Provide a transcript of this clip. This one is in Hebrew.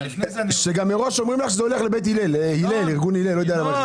כאשר מראש אומרים שזה הולך לארגון הלל.